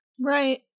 Right